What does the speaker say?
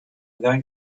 going